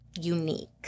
unique